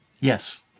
yes